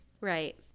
Right